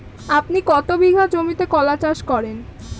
আপনি কত বিঘা জমিতে কলা চাষ করেন?